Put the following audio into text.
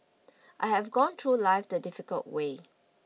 I have gone through life the difficult way